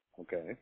Okay